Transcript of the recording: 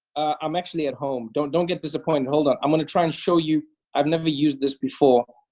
i'm actually at home. don't don't get disappointed. hold on. i'm gonna try and show you i've never used this before.